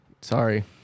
sorry